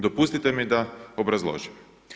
Dopustite mi da obrazložim.